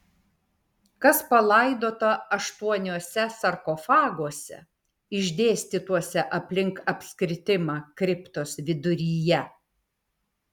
kas palaidota aštuoniuose sarkofaguose išdėstytuose aplink apskritimą kriptos viduryje